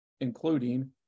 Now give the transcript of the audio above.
including